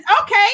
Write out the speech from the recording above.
Okay